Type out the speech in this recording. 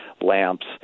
lamps